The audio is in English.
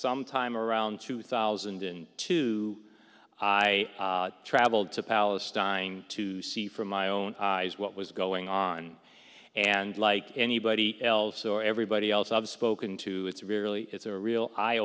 sometime around two thousand and two i traveled to palestine to see from my own eyes what was going on and like anybody else or everybody else i've spoken to it's really it's a real eye